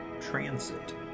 transit